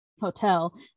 hotel